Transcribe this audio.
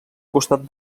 costat